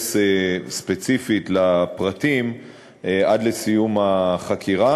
להתייחס ספציפית לפרטים עד לסיום החקירה.